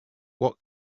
what